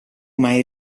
mai